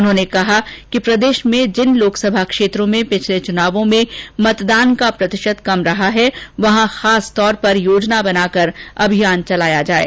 उन्होंने कहा कि प्रदेश में जिन लोकसभा क्षेत्रों में पिछले चुनावों में मतदान का प्रतिशत कम रहा है वहां खास तौर पर योजना बनाकर अभियान चलाया जाये